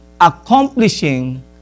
accomplishing